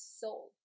soul